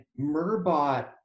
Murderbot